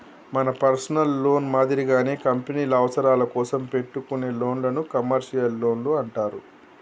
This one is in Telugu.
మన పర్సనల్ లోన్ మాదిరిగానే కంపెనీల అవసరాల కోసం పెట్టుకునే లోన్లను కమర్షియల్ లోన్లు అంటారు